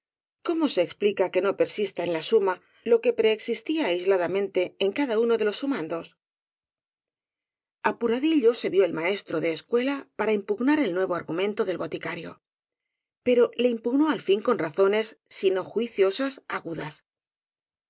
cómo se explica que no persista en la suma lo que preexistía aislada mente en cada uno de los sumandos apuradillo se vió el maestro de escuela para im pugnar el nuevo argumento del boticario pero le impugnó al fin con razones si no juiciosas agudas